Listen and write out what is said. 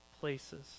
places